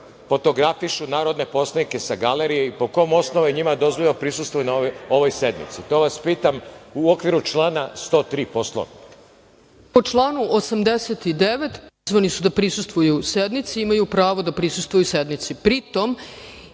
fotografišu narodne poslanike sa galerije i po kom osnovu je njima dozvoljeno prisustvo na ovoj sednici? To vas pitam u okviru člana 103. Poslovnika. **Ana Brnabić** Po članu 89, pozvani su da prisustvuju sednici, imaju pravo da prisustvuju sednici,